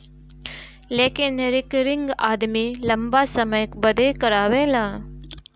लेकिन रिकरिंग आदमी लंबा समय बदे करावेला